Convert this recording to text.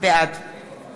בעד